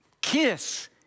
kiss